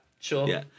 sure